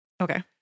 Okay